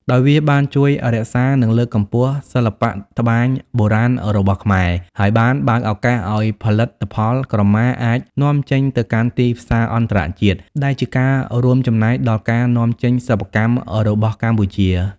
ដោយវាបានជួយរក្សា និងលើកកម្ពស់សិល្បៈត្បាញបុរាណរបស់ខ្មែរ ហើយបានបើកឱកាសឲ្យផលិតផលក្រមាអាច នាំចេញទៅកាន់ទីផ្សារអន្តរជាតិ ដែលជាការរួមចំណែកដល់ការនាំចេញសិប្បកម្មរបស់កម្ពុជា។